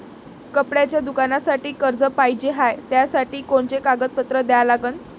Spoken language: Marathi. कपड्याच्या दुकानासाठी कर्ज पाहिजे हाय, त्यासाठी कोनचे कागदपत्र द्या लागन?